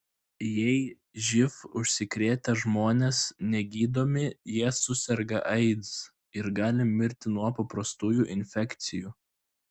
jei živ užsikrėtę žmonės negydomi jie suserga aids ir gali mirti nuo paprastų infekcijų